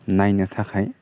नायनो थाखाय